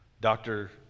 Doctor